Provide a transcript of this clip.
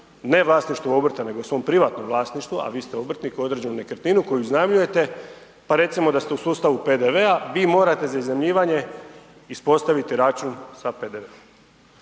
ne vlasništvu obrta nego svom privatnom vlasništvu, a vi ste obrtnik, određenu nekretninu koju iznajmljujete, pa recimo da ste u sustavu PDV-a vi morate za iznajmljivanje ispostaviti račun sa PDV-om.